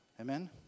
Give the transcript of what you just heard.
Amen